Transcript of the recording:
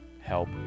help